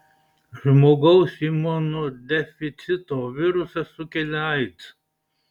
žmogaus imunodeficito virusas sukelia aids